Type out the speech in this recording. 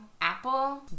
Apple